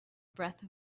breath